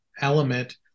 element